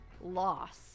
loss